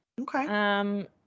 Okay